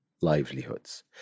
livelihoods